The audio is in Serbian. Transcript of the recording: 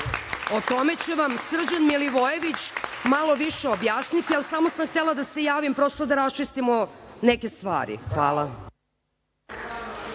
O tome će vam Srđan Milivojević malo više objasniti. Samo sam htela da se javim, prosto da raščistimo neke stvari. Hvala.